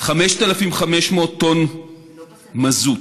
5,500 טון מזוט,